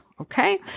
Okay